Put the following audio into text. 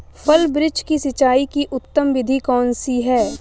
फल वृक्ष की सिंचाई की उत्तम विधि कौन सी है?